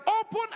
open